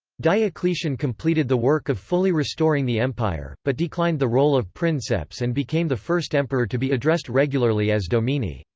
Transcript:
diocletian completed the work of fully restoring the empire, but declined the role of princeps and became the first emperor to be addressed regularly as domine,